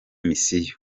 misiyo